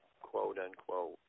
quote-unquote